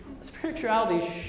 spirituality